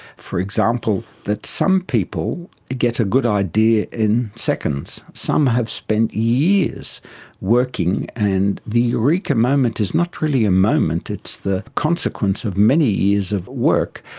for example, that some people get a good idea in seconds. some have spent years working and the eureka moment is not really a moment, it's the consequence of many years of work.